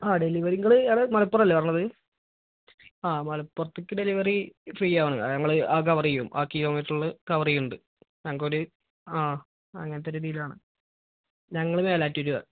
ആ ഡെലിവറി നിങ്ങള് അത് മലപ്പുറമല്ലേ പറഞ്ഞത് ആ മലപ്പുറത്തേക്ക് ഡെലിവറി ഫ്രീ ആണ് ഞങ്ങള് ആ കവറെയ്യും ആ കിലോ മീറ്ററില് കവറെയ്യുന്നുണ്ട് ഞങ്ങള്ക്കൊരു ആ അങ്ങനത്തെ രീതീയിലാണ് ഞങ്ങള് മേലാറ്റൂരാണ്